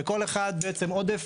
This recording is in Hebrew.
בעצם עודף